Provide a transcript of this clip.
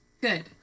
good